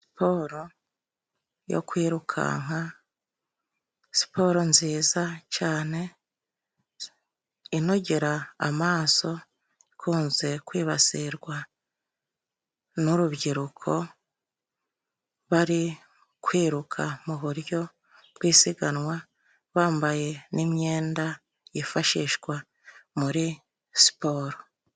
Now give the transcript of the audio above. Siporo yo kwirukanka siporo nziza cane inogera amaso ikunze kwibasirwa n'urubyiruko bari kwiruka mu buryo bw'isiganwa, bambaye n'imyenda yifashishwa muri siporo.